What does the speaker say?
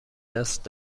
دست